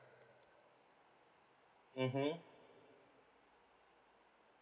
mmhmm